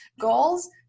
goals